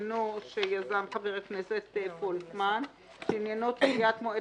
שיזם חבר הכנסת פולקמן שעניינו דחיית מועד